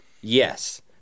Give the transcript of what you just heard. Yes